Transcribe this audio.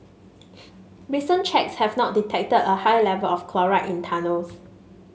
recent checks have not detected a high level of chloride in tunnels